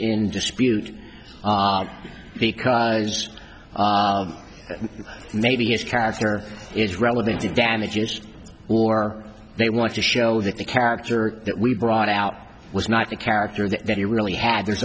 in dispute because maybe his character is relevant to damages or they want to show that the character that we brought out was not a character that he really had there's